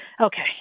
Okay